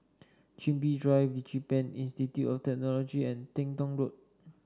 Chin Bee Drive DigiPen Institute of Technology and Teng Tong Road